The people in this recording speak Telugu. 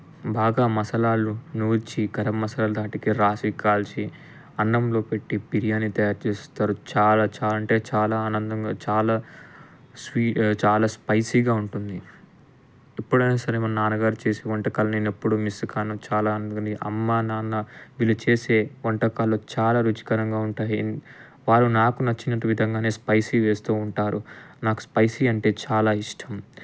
బాగా మసాలాలు నూర్చి గరం మసాలా అలా దాటితే రాసి కాల్చి అన్నంలో పెట్టి బిర్యానీ తయారు చేసిస్తారు చాలా చాలా అంటే చాలా ఆనందంగా చాలా స్వీట్ చాలా స్పైసీగా ఉంటుంది ఎప్పుడైనా సరే మా నాన్నగారు చేసే వంటకాలు నేను ఎప్పుడూ మిస్ అవ్వను చాలా మంచి అమ్మా నాన్న మీరు చేసే వంటకాలు చాలా రుచికరంగా ఉంటాయి వారు నాకు నచ్చినట్టు విధంగానే స్పైసీగా చేస్తూ ఉంటారు నాకు స్పైసి అంటే చాలా ఇష్టం